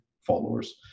followers